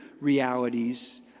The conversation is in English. realities